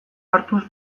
hartuz